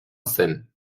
zen